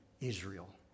Israel